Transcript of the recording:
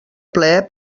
plaer